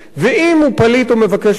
אם הוא פליט או מבקש מקלט,